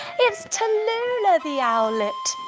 it's tallulah the owlet!